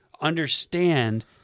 understand